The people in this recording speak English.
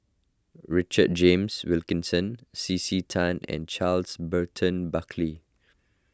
Richard James Wilkinson C C Tan and Charles Burton Buckley